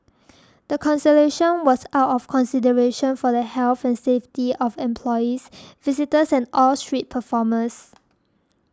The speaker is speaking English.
the cancellation was out of consideration for the health and safety of employees visitors and all street performers